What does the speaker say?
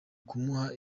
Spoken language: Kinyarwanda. kumuha